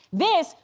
this,